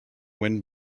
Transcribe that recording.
wind